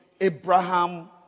Abraham